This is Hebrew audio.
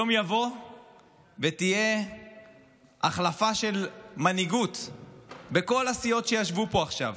יום יבוא ותהיה החלפה של מנהיגות בכל הסיעות שישבו פה עכשיו,